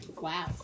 Wow